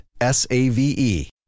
S-A-V-E